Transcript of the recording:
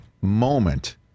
moment